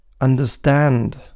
understand